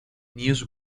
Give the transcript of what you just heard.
news